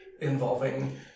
involving